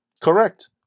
correct